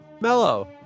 Mellow